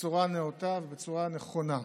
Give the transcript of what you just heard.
בצורה נאותה ובצורה נכונה.